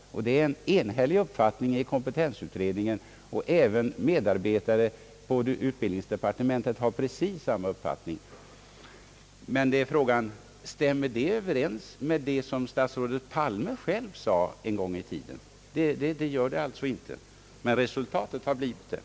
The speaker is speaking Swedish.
Detta är en enhällig uppfattning i kompetensutredningen, och även medarbetare på utbildningsdepartementet har precis samma uppfattning. Frågan är: Stämmer det överens med vad statsrådet Palme själv sade en gång i tiden? Det gör det alltså inte! Men resultatet har blivit detta.